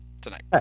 tonight